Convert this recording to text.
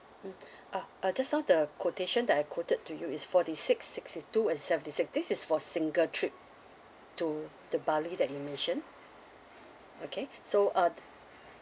mm uh uh just now the quotation that I quoted to you is forty six sixty two and seventy six this is for single trip to the bali that you mentioned okay so uh